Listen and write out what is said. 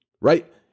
right